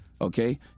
Okay